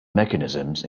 mechanisms